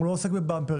הוא לא עוסק בבמפרים,